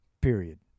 Period